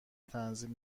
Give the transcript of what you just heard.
تنظیم